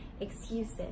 excuses